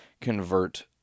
convert